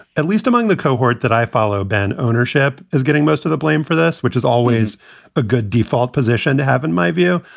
at least among the cohort that i follow. ben, ownership is getting most of the blame for this, which is always a good default position to have, in my view.